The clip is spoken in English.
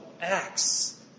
acts